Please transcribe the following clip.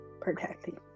protecting